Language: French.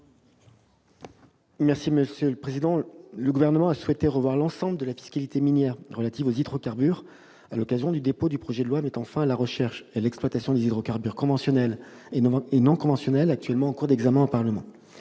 l'avis du Gouvernement ? Le Gouvernement a souhaité revoir l'ensemble de la fiscalité minière relative aux hydrocarbures à l'occasion du dépôt du projet de loi mettant fin à la recherche et l'exploitation des hydrocarbures conventionnels et non conventionnels, actuellement en cours d'examen au Parlement.